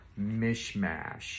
mishmash